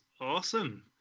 awesome